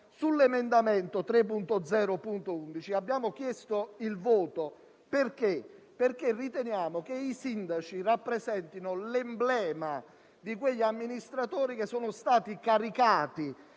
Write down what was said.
Sull'emendamento 3.0.11 abbiamo chiesto il voto, perché riteniamo che i sindaci rappresentino l'emblema di quegli amministratori che sono stati caricati